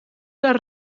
les